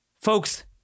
Folks